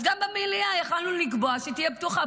אז גם במליאה יכולנו לקבוע שהיא תהיה פתוחה